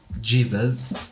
Jesus